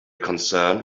concerned